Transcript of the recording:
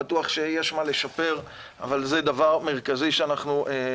בטוח שיש מה לשפר, אבל זה דבר מרכזי שעלה.